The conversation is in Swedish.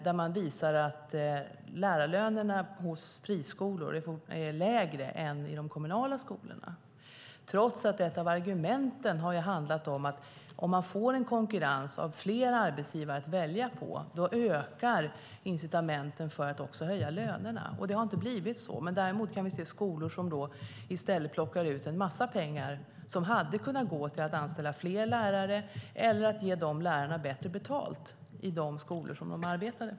Den visar att lärarlönerna i friskolor är lägre än i de kommunala skolorna, trots att ett av argumenten har varit att incitamenten för att höja lönerna ökar om det uppstår konkurrens med fler arbetsgivare att välja på. Det har inte blivit så. Däremot kan vi se skolor som i stället plockar ut en massa pengar som hade kunnat gå till att anställa fler lärare eller ge lärarna bättre betalt.